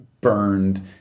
burned